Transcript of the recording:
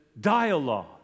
dialogue